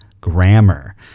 grammar